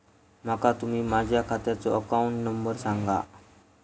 माका तुम्ही माझ्या खात्याचो अकाउंट नंबर सांगा?